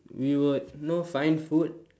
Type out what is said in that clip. we would know find food